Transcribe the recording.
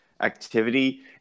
activity